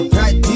right